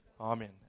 amen